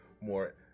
more